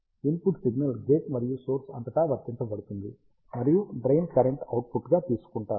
input signal gate మరియు source అంతటా వర్తించబడుతుంది మరియు డ్రెయిన్ కరెంట్ అవుట్పుట్ గా తీసుకుంటారు